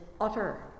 utter